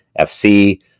FC